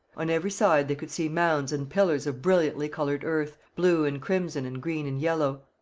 on every side they could see mounds and pillars of brilliantly-coloured earth, blue and crimson and green and yellow.